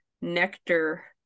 Nectar